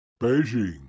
Beijing